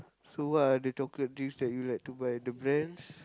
so what are the chocolate drinks that you like to buy the brands